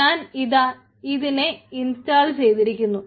ഞാൻ ഇതാ ഇതിനെ ഇൻസ്റ്റാൾ ചെയ്തിരിക്കുന്നു